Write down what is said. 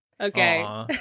Okay